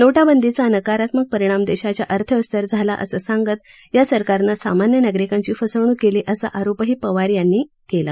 नोटबंदीचा नकारात्मक परिणाम देशाच्या अर्थव्यवस्थेवर झाला असं सांगत या सरकारनं सामान्य नागरिकांची फसवणुक केली असा आरोपही पवार यांनी केला